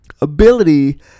ability